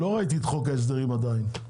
לא ראיתי את חוק ההסדרים עדיין.